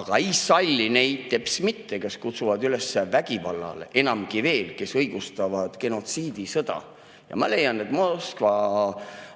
aga ei salli teps mitte neid, kes kutsuvad üles vägivallale, enamgi veel, kes õigustavad genotsiidisõda. Ma leian, et Moskva